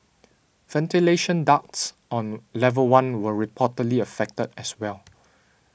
ventilation ducts on level one were reportedly affected as well